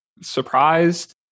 surprised